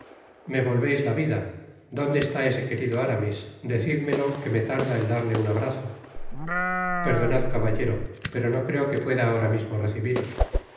me volveis la vida donde está ese querido aramis decidmelo que me tarda el darle un abrazo perdonad caballero pero no creo que pueda ahora mismo recibiros